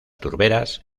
turberas